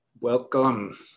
Welcome